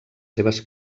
seves